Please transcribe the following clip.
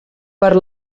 per